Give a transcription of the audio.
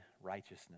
righteousness